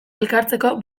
elkartzeko